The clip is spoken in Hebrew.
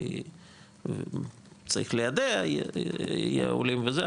צריך ליידע עולים וזה,